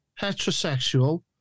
heterosexual